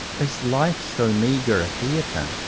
is life so meagre a theatre,